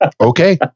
Okay